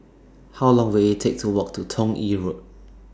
How Long Will IT Take to Walk to Toh Yi Road